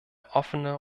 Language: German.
offene